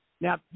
Now